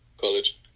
college